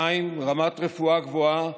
2. רמת רפואה גבוהה,